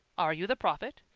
are you the prophet?